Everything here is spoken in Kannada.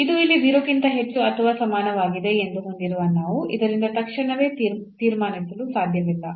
ಇದು ಇಲ್ಲಿ 0 ಕ್ಕಿಂತ ಹೆಚ್ಚು ಅಥವಾ ಸಮಾನವಾಗಿದೆ ಎಂದು ಹೊಂದಿರುವ ನಾವು ಇದರಿಂದ ತಕ್ಷಣವೇ ತೀರ್ಮಾನಿಸಲು ಸಾಧ್ಯವಿಲ್ಲ